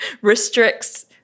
restricts